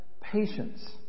patience